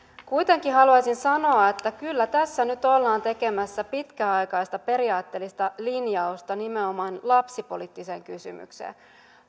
kuitenkin haluaisin sanoa että kyllä tässä nyt ollaan tekemässä pitkäaikaista periaatteellista linjausta nimenomaan lapsipoliittiseen kysymykseen